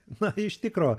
na iš tikro